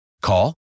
Call